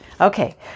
okay